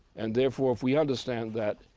and therefore, if we understand that,